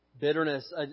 Bitterness